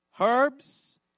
herbs